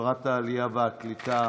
לשרת העלייה והקליטה